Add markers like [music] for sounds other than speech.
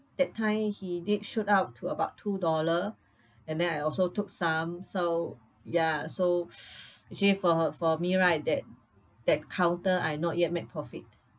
that time he did shoot up to about two dollar and then I also took some so ya so [noise] actually for her for me right that that counter I not yet make profit